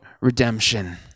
redemption